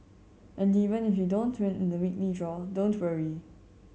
and even if you don't win in the weekly draw don't worry